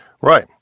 Right